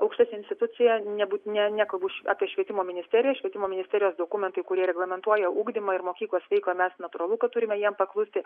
aukšta institucija nebūt ne nekalbu apie švietimo ministeriją švietimo ministerijos dokumentai kurie reglamentuoja ugdymą ir mokyklos veiklą mes natūralu kad turime jiem paklusti